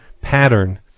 pattern